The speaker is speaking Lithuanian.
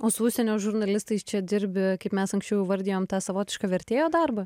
o su užsienio žurnalistais čia dirbi kaip mes anksčiau įvardijom tą savotišką vertėjo darbą